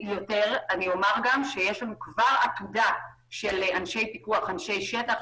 אני אומר שיש לנו כבר עתודה של אנשי פיקוח אנשי שטח,